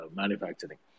manufacturing